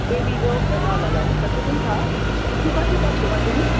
बेबीरोक ल ल ल ल हुन्छ त्यो पनि छ त्यो कति जस्तो गरिदिनु